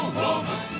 woman